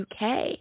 uk